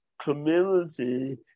community